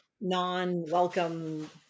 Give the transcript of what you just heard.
non-welcome